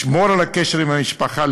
לשמור על הקשר עם המשפחה,